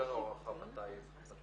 יש לנו הערכה מתי